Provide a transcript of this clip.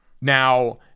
Now